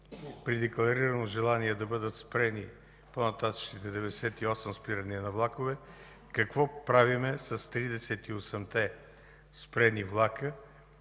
при декларирано желание да бъдат спрени по-нататъшните 98 спирания на влакове, какво правим с 38-те спрени влака,